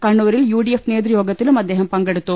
കണ്ണൂരിൽ U D F നേതൃയോഗത്തിലും അദ്ദേഹം പങ്കെടുത്തു